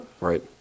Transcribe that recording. right